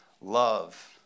love